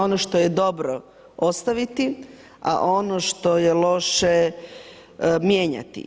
Ono što je dobro ostaviti, a ono što je loše mijenjati.